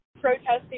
protesting